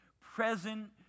present